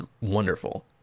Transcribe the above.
wonderful